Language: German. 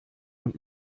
und